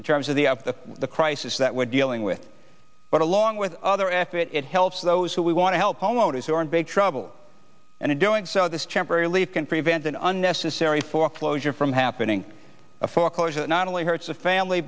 in terms of the up to the crisis that we're dealing with but along with other after that it helps those who we want to help homeowners who are in big trouble and in doing so this champ relieve can prevent an unnecessary foreclosure from happening a foreclosure not only hurts the family